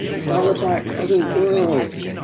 it's all about other worlds.